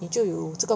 你就有这个